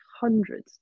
hundreds